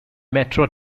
metro